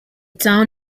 town